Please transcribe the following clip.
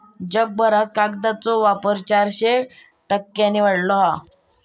जगभरात कागदाचो वापर चारशे टक्क्यांनी वाढलो हा